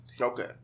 Okay